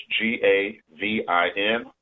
G-A-V-I-N